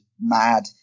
mad